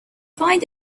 find